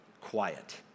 quiet